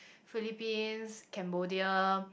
Philippines Cambodia